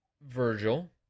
Virgil